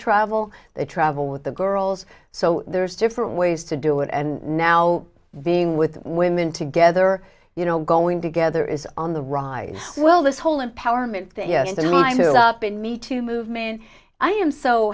travel they travel with the girls so there's different ways to do it and now being with women together you know going together is on the rise will this whole empowerment that yes they lined it up in me to movement i am so